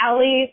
Ali